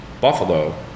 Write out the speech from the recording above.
Buffalo